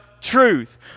Truth